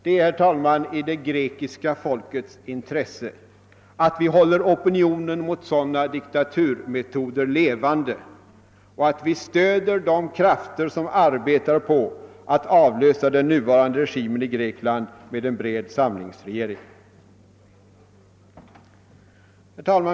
Det är i det grekiska folkets intresse att vi håller opinionen mot sådana diktaturmetoder levande och att vi stöder de krafter som arbetar för att avlösa den nuvarande regimen i Grekland med en bred samlingsregering.